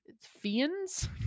fiends